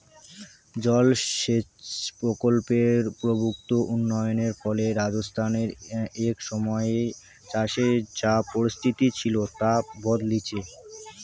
জলসেচ প্রকল্পের প্রভূত উন্নয়নের ফলে রাজস্থানত এক সময়ে চাষের যা পরিস্থিতি ছিল তা বদলিচে